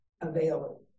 available